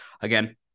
Again